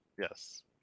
yes